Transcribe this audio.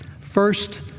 First